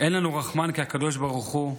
אין לנו רחמן כקדוש ברוך הוא,